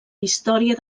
història